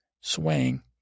swaying